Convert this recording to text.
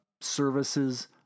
services